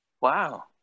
Wow